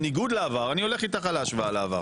בניגוד לעבר אני הולך איתך עם ההשוואה לעבר